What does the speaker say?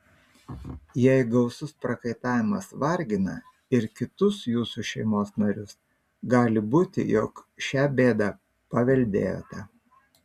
jei gausus prakaitavimas vargina ir kitus jūsų šeimos narius gali būti jog šią bėdą paveldėjote